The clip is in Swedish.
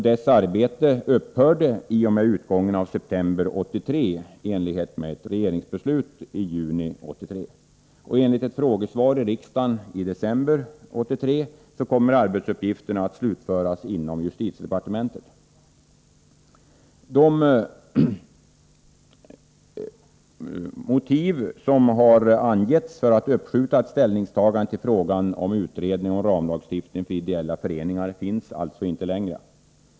Dess arbete upphörde i och med utgången av september 1983 i enlighet med ett regeringsbeslut i juni 1983. Enligt ett frågesvar i riksdagen i december 1983 kommer dess arbetsuppgifter att slutföras inom justitiedepartementet. De motiv som har angetts för att uppskjuta ett ställningstagande till frågan om utredning av frågan om ramlagstiftning för ideella föreningar finns alltså inte längre.